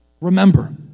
Remember